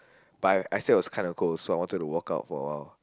but I I still was kind of cold so I wanted to walk out for a while